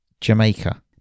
Jamaica